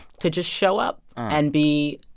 to just show up and be